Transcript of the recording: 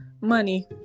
money